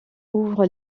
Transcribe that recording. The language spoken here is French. ouvre